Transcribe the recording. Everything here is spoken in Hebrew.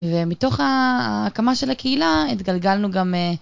ומתוך ההקמה של הקהילה, התגלגלנו גם...